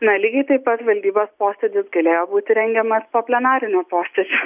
na lygiai taip pat valdybos posėdis galėjo būti rengiamas po plenarinio posėdžio